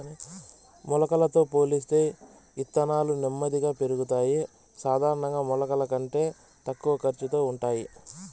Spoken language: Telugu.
మొలకలతో పోలిస్తే ఇత్తనాలు నెమ్మదిగా పెరుగుతాయి, సాధారణంగా మొలకల కంటే తక్కువ ఖర్చుతో ఉంటాయి